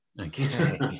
okay